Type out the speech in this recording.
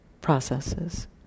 processes